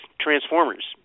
transformers